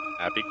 Happy